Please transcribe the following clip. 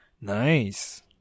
Nice